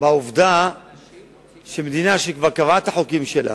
בהתחשב בעובדה שמדינה שכבר קבעה את החוקים שלה,